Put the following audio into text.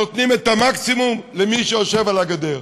נותנים את המקסימום למי שיושב על הגדר,